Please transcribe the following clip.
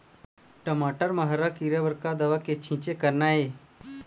टमाटर म हरा किरा बर का दवा के छींचे करना ये?